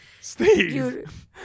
Steve